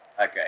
Okay